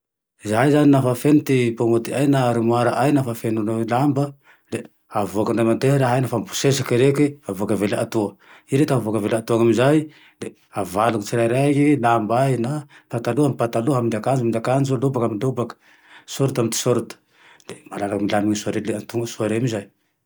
Zahay zane naho fa feno ty kômôdiay na ty aromoaraay, naho fa feno lamba, le avoaky indray mandeha raha ine lafa bosesiky reke, avoaky ivelany atoa. I reke tafavoaky ivelany atoany amizay le avalony tsirairaiky lambay na pataloha amy ny pataloha, amy akanjo ny akanjo, ny lobaky amy lobaky, sôrita amy ty sôrita le mahalala milaminy soa re le antonini soa re ame zay